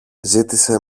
ζήτησε